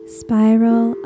spiral